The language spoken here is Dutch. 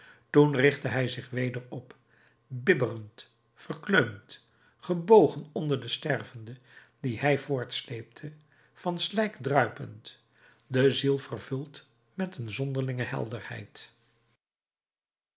toen richtte hij zich weder op bibberend verkleumd gebogen onder den stervende dien hij voortsleepte van slijk druipend de ziel vervuld met een zonderlinge helderheid